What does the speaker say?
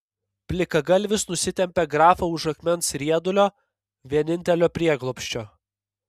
plikagalvis nusitempė grafą už akmens riedulio vienintelio prieglobsčio